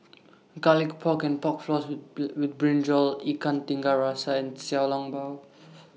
Garlic Pork and Pork Floss with with Brinjal Ikan Tiga Rasa and Xiao Long Bao